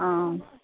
অঁ